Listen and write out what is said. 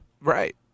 Right